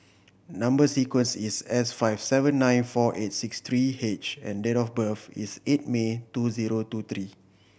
number sequence is S five seven nine four eight six three H and date of birth is eight May two zero two three